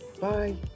bye